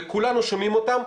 וכולנו שומעים אותם,